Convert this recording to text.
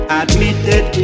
admitted